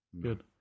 Good